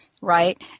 right